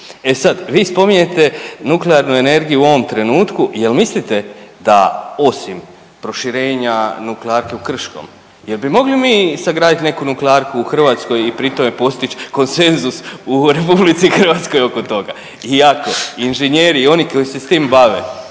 E sad, vi spominjete nuklearnu energiju u ovom trenutku, jel mislite da osim proširenja Nuklearki u Krškom jel bi mogli mi sagradit neku nuklearku u Hrvatskoj i pri tom postić konsenzus u RH oko toga i ako inženjeri i oni koji se s tim bave